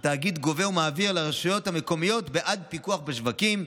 שהתאגיד גובה ומעביר לרשויות המקומיות בעד פיקוח בשווקים,